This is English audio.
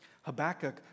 Habakkuk